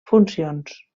funcions